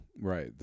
Right